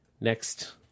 next